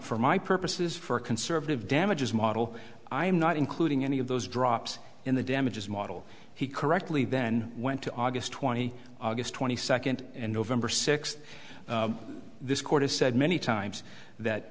for my purposes for a conservative damages model i'm not including any of those drops in the damages model he correctly then went to august twenty twenty second and november sixth this court has said many times that